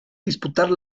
disputar